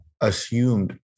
assumed